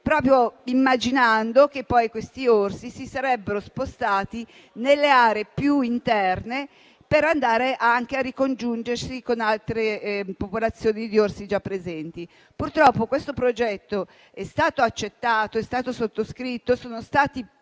proprio immaginando che questi orsi si sarebbero spostati nelle aree più interne per ricongiungersi con altre popolazioni di orsi già presenti. Purtroppo questo progetto è stato accettato, è stato sottoscritto, sono stati